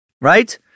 right